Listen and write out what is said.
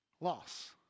loss